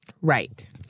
Right